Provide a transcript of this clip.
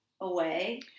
away